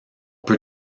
peut